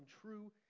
true